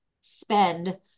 spend